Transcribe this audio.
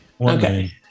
Okay